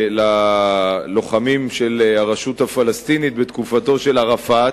ללוחמים של הרשות הפלסטינית בתקופתו של ערפאת,